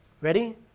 Ready